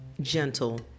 gentle